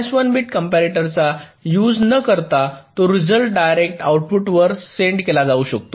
या N 1 bit कंपॅरिटरचा use न करता तो रिझल्ट डायरेक्ट आउटपुटवर सेंड केला जाऊ शकतो